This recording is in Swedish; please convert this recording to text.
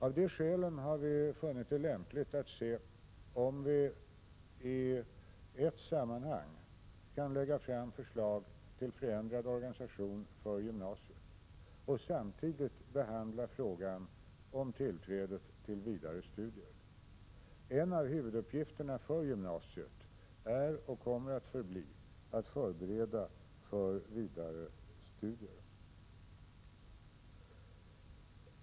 Av de skälen har vi funnit det lämpligt att se om vi i ett sammanhang kan lägga fram förslag till förändrad organisation för gymnasiet och samtidigt behandla frågan om tillträdet till vidare studier. En av huvuduppgifterna för gymnasiet är och kommer att förbli att förbereda för vidare studier.